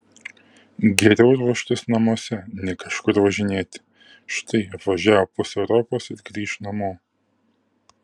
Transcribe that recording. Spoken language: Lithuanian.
geriau ruoštis namuose nei kažkur važinėti štai apvažiavo pusę europos ir grįš namo